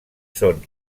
són